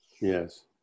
Yes